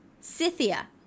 Scythia